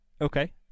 Okay